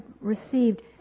received